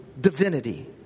divinity